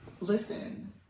listen